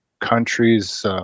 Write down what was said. countries